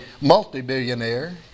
multi-billionaire